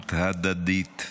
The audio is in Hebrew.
ערבות הדדית.